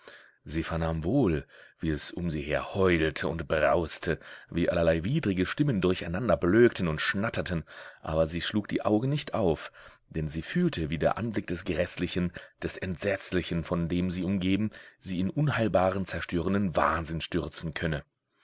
sie vernahm wohl wie es um sie her heulte und brauste wie allerlei widrige stimmen durcheinander blökten und schnatterten aber sie schlug die augen nicht auf denn sie fühlte wie der anblick des gräßlichen des entsetzlichen von dem sie umgeben sie in unheilbaren zerstörenden wahnsinn stürzen könne